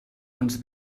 uns